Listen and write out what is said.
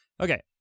Okay